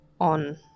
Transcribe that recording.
on